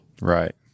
Right